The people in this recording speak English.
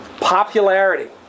Popularity